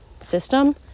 system